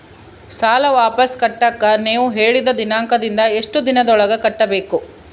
ಸಾಲ ವಾಪಸ್ ಕಟ್ಟಕ ನೇವು ಹೇಳಿದ ದಿನಾಂಕದಿಂದ ಎಷ್ಟು ದಿನದೊಳಗ ಕಟ್ಟಬೇಕು?